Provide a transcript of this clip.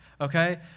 okay